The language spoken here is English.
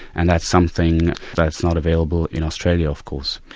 and that's something that's not available in australia of course.